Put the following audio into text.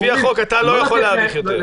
לפי החוק אתה לא יכול להאריך יותר.